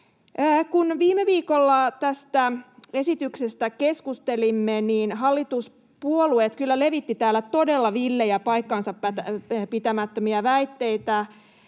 Kun viime viikolla tästä esityksestä keskustelimme, niin hallituspuolueet kyllä levittivät täällä todella villejä paikkansapitämättömiä väitteitä,